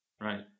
Right